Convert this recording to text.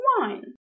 wine